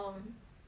um